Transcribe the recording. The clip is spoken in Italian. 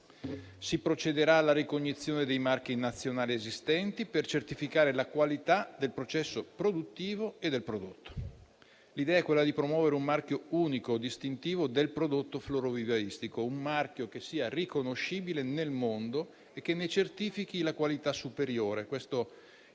si procederà alla ricognizione dei marchi nazionali esistenti, per certificare la qualità del processo produttivo e del prodotto. L'idea è quella di promuovere un marchio unico distintivo del prodotto florovivaistico, riconoscibile nel mondo, che ne certifichi la qualità superiore,